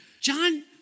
John